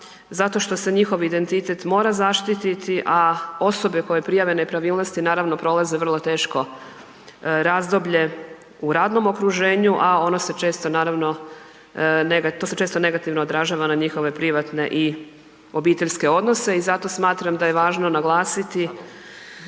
zato što se njihov identitet mora zaštiti, a osobe koje prijave nepravilnosti naravno prolaze vrlo teško razdoblje u radnom okruženju, a to se često naravno negativno odražava na njihove privatne i obiteljske odnose. I zato smatram da je važno naglasiti